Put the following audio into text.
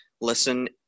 listen